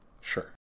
Sure